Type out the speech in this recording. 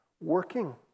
working